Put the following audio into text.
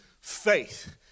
faith